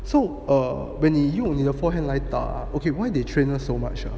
so err when 你用你的 forehand 来打 okay why they train us much ah